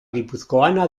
guipuzcoana